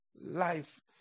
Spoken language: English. life